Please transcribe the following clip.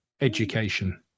education